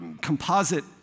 composite